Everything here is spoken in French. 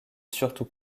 surtout